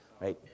right